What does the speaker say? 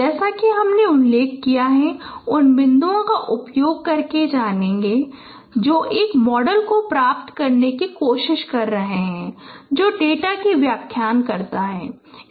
जैसा कि हमने उल्लेख किया है फिर उन बिंदुओं का उपयोग करके जानिए जो हम एक मॉडल को प्राप्त करने की कोशिश कर रहे हैं जो डेटा की व्याख्या करता है